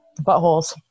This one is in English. Buttholes